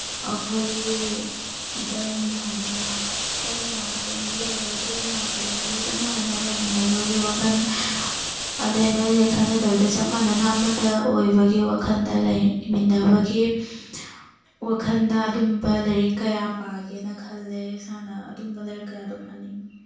ꯑꯩꯈꯣꯏꯒꯤ ꯙꯔꯃꯗ ꯙꯔꯃ ꯂꯩꯔꯤꯕ ꯙꯔꯃ ꯈꯨꯗꯤꯡꯃꯛꯁꯤ ꯆꯞ ꯃꯥꯟꯅꯅ ꯂꯩꯃꯤꯟꯅꯕꯒꯤ ꯋꯥꯈꯜ ꯑꯗꯨꯗꯩ ꯍꯦꯟꯗꯣꯛ ꯍꯦꯟꯖꯤꯟ ꯈꯟꯅꯗꯕꯤꯗ ꯆꯞ ꯃꯥꯟꯅꯅ ꯑꯃꯠꯇ ꯑꯣꯏꯕꯒꯤ ꯋꯥꯈꯜꯗ ꯂꯩꯃꯤꯟꯅꯕꯒꯤ ꯋꯥꯈꯜꯗ ꯑꯗꯨꯝꯕ ꯂꯥꯏꯔꯤꯛ ꯀꯌꯥ ꯄꯥꯒꯦꯅ ꯈꯜꯂꯦ ꯏꯁꯥꯅ ꯑꯗꯨꯝꯕ ꯂꯥꯏꯔꯤꯛ ꯀꯌꯥꯗꯣ ꯄꯥꯅꯤꯡꯏ